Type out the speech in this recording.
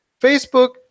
Facebook